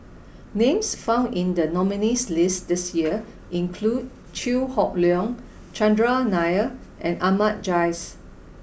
names found in the nominees' list this year include Chew Hock Leong Chandran Nair and Ahmad Jais